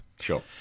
sure